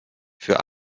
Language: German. für